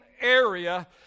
area